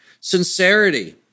sincerity